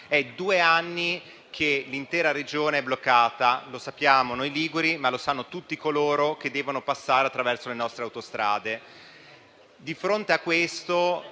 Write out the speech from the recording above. due anni che l'intera Regione è bloccata, lo sappiamo noi liguri, ma lo sanno tutti coloro che devono passare attraverso le nostre autostrade. Di fronte a questo,